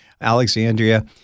Alexandria